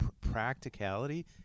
practicality